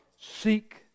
Seek